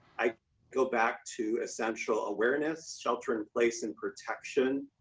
i go back to essential awareness shelter in place and protection.